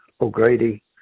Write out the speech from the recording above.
O'Grady